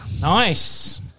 Nice